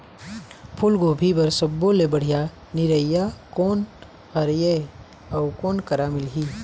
फूलगोभी बर सब्बो ले बढ़िया निरैया कोन हर ये अउ कोन करा मिलही?